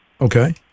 Okay